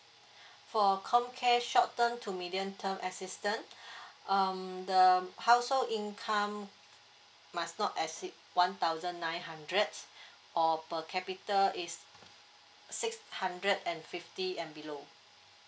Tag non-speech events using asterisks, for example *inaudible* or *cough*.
for comcare short term to medium term assistance *breath* um the household income must not exceed one thousand nine hundred or per capita is six hundred and fifty and below